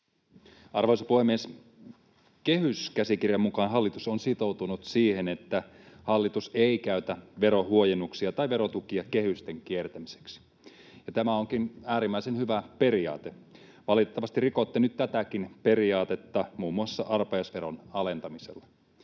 Arvoisa puhemies! Kehyskäsikirjan mukaan hallitus on sitoutunut siihen, että hallitus ei käytä verohuojennuksia tai verotukia kehysten kiertämiseksi, ja tämä onkin äärimmäisen hyvä periaate. Valitettavasti rikotte nyt tätäkin periaatetta muun muassa arpajaisveron alentamisella.